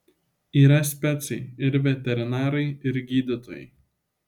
yra specai ir veterinarai ir gydytojai